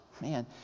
man